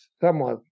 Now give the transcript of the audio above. somewhat